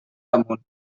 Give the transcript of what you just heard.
damunt